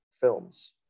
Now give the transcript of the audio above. films